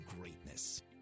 greatness